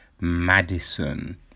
Madison